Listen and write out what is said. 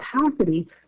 capacity